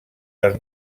les